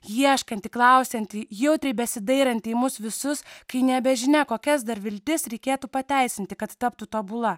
ieškanti klausianti jautriai besidairanti į mus visus kai nebe žinia kokias dar viltis reikėtų pateisinti kad taptų tobula